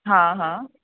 हा हा